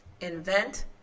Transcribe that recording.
Invent